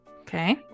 Okay